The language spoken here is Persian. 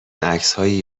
عکسهای